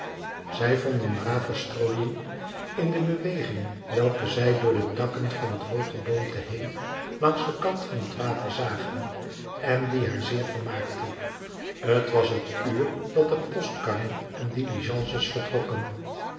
zij vonden dra verstrooiing in de beweging welke zij door de takken van het hoog geboomte heen langs den kant van t water zagen en die haar zeer vermaakte t was het uur dat de postkarren en diligences vertrokken